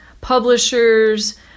publishers